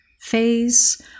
phase